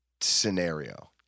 scenario